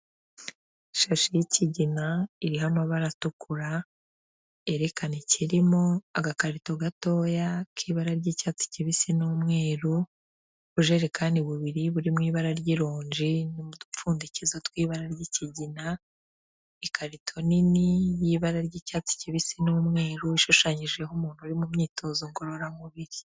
Ishashi y'ikigina iriho amabara atukura yerekana ikirimo, agakarito gatoya k'ibara ry'icyatsi kibisi n'umweru, ubujerekani bubiri buri mu ibara ry'ironji n'udupfundikizo tw'ibara ry'ikigina, ikarito nini y'ibara ry'icyatsi kibisi n'umweru ishushanyijeho umuntu uri mu myitozo ngororamubiri.